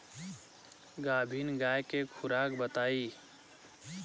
गाभिन गाय के खुराक बताई?